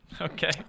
Okay